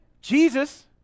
Jesus